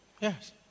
Yes